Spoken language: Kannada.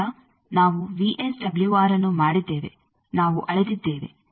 ಆದ್ದರಿಂದ ನಾವು ವಿಎಸ್ಡಬ್ಲ್ಯೂಆರ್ ಅನ್ನು ಮಾಡಿದ್ದೇವೆ ನಾವು ಅಳೆದಿದ್ದೇವೆ